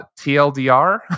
TLDR